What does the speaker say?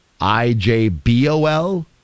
I-J-B-O-L